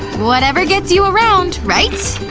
whatever gets you around, right?